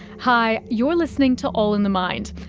hi, you're listening to all in the mind,